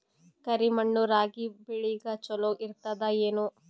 ಕರಿ ಮಣ್ಣು ರಾಗಿ ಬೇಳಿಗ ಚಲೋ ಇರ್ತದ ಏನು?